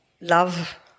love